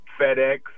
FedEx